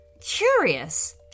Curious